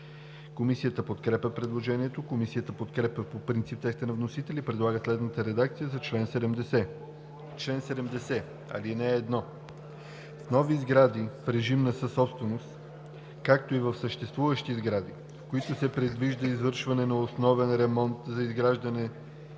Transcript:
Комисията подкрепя предложението. Комисията подкрепя по принцип текста на вносителя и предлага следната редакция за чл. 70: „Чл. 70. (1) В нови сгради в режим на съсобственост, както и в съществуващи сгради, в които се предвижда извършване на основен ремонт, се изгражда